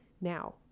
now